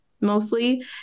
mostly